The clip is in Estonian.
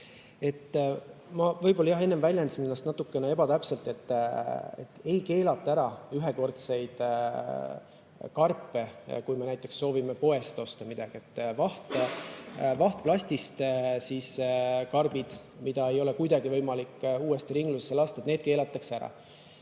Ma võib-olla enne väljendasin ennast natuke ebatäpselt. Ei keelata ära ühekordseid karpe, kui me näiteks soovime poest osta midagi. Vahtplastist karbid, mida ei ole kuidagi võimalik uuesti ringlusse lasta, need keelatakse ära. Ja